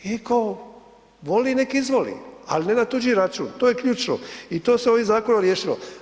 I tko voli nek izvoli, ali ne tuđi račun, to je ključno i to se ovim zakonom riješilo.